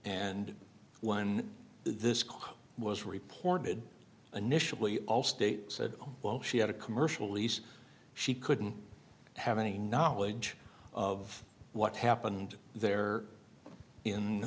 and when this call was reported a knish of lee allstate said well she had a commercial lease she couldn't have any knowledge of what happened there in